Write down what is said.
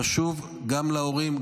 חשוב גם להורים,